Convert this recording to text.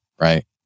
right